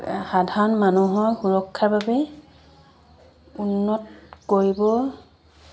সাধাৰণ মানুহৰ সুৰক্ষাৰ বাবে উন্নত কৰিব